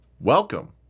Welcome